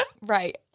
Right